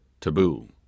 taboo